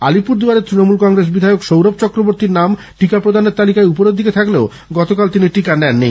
আলিপুরপুয়ারের Trinamool Congress বিধায়ক সৌরভ চক্রবর্তীর নাম টিকা প্রদানের তালিকায় উপরের দিকে থাকলেও গতকাল তিনি টিকা নেননি